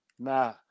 Nah